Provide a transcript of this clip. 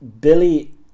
Billy